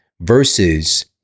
versus